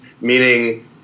meaning